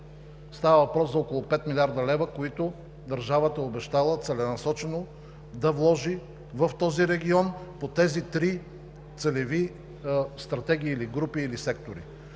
става въпрос за около 5 млрд. лв., които държавата е обещала целенасочено да вложи в този регион, по тези три целеви стратегии, групи или сектори.